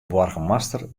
boargemaster